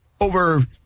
over